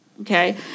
okay